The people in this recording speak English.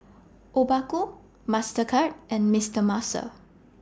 Obaku Mastercard and Mister Muscle